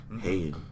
Hey